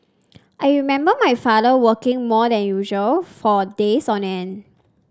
I remember my father working more than usual for days on end